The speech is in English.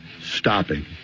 stopping